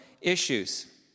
issues